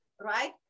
Right